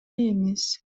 эмес